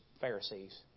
Pharisees